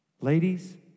ladies